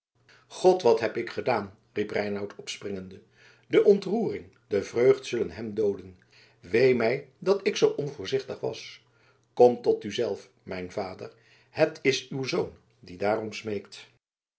god wat heb ik gedaan riep reinout opspringende de ontroering de vreugd zullen hem dooden wee mij dat ik zoo onvoorzichtig was kom tot u zelf mijn vader het is uw zoon die daarom smeekt